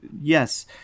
yes